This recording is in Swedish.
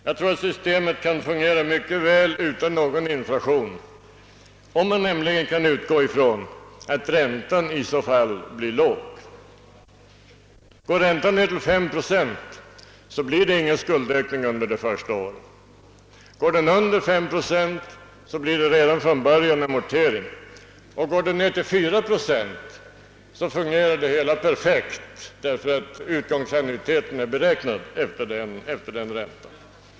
Jag tror att systemet kan fungera mycket bra utan någon inflation, om man nämligen kan utgå ifrån att räntan i så fall blir låg. Går räntan ner till 5 procent blir det ingen skuldökning under det första året. Blir räntan lägre innebär det en amortering redan från början. Går den ner till 4 procent fungerar det hela perfekt på grund av att utgångsannuiteten är beräknad efter denna ränta.